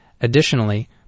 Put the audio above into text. Additionally